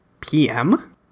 PM